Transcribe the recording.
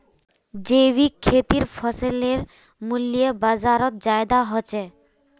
जैविक खेतीर फसलेर मूल्य बजारोत ज्यादा होचे